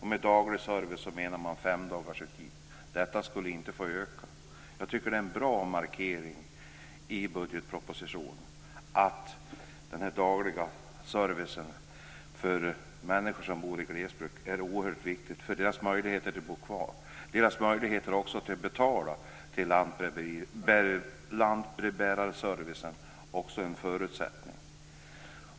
Med daglig service menar man femdagarsutdelning. Detta skulle inte få öka. Jag tycker att det är en bra markering i budgetpropositionen att den här dagliga servicen för människor som bor i glesbygd är oerhört viktig för deras möjligheter att bo kvar. Deras möjlighet att betala till lantbrevbärarservicen är också en förutsättning.